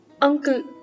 Uncle